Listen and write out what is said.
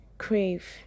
crave